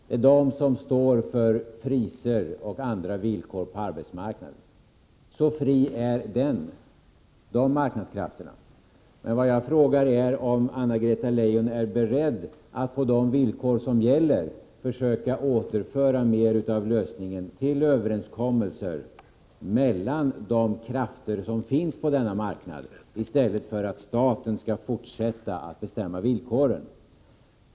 Det är dessa som står för priser, dvs. löner, och andra villkor på arbetsmarknaden. Så fria är de marknadskrafterna. Vad jag frågar är om Anna-Greta Leijon är beredd att på de villkor som gäller försöka återföra mer av lösningen till överenskommelser mellan de krafter som finns på denna marknad i stället för att staten skall fortsätta att bestämma villkoren.